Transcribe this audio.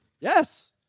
Yes